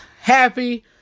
happy